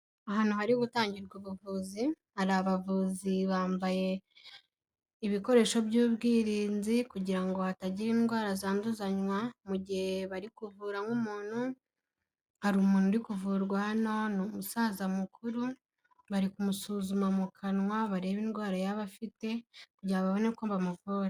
Ahantu hari gutangirwa ubuvuzi, hari abavuzi bambaye ibikoresho by'ubwirinzi kugira hatagira indwara zanduzanywa mu gihe bari kuvura nk' umuntu. Hari umuntu uri kuvurwa hano ni musaza mukuru bari kumusuzuma mu kanwa barebe indwara yaba afite kugira babone ko bamuvura.